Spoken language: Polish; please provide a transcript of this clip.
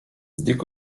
dick